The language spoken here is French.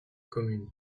communes